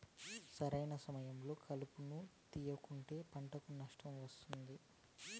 సరైన సమయంలో కలుపును తేయకుంటే పంటకు నష్టం వస్తాది